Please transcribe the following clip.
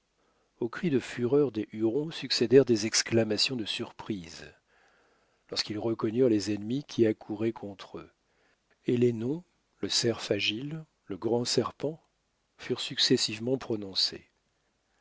aux cris de fureur des hurons succédèrent des exclamations de surprise lorsqu'ils reconnurent les ennemis qui accouraient contre eux et les noms le cerf agile le grand serpent furent successivement prononcés